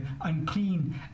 unclean